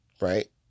Right